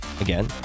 again